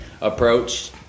approach